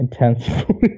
intensely